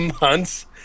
months